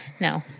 No